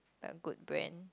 a good brand